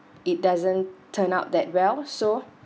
it doesn't turn out that well so